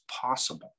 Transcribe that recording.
possible